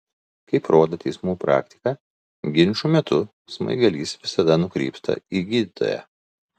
kaip rodo teismų praktika ginčų metu smaigalys visada nukrypsta į gydytoją